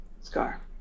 scar